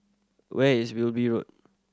where is Wilby Road